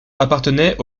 appartenait